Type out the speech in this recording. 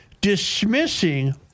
dismissing